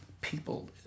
people